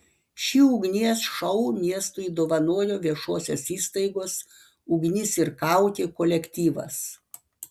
šį ugnies šou miestui dovanojo viešosios įstaigos ugnis ir kaukė kolektyvas